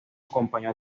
acompañó